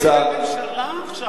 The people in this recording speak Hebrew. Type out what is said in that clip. אבל אתם ממשלה עכשיו.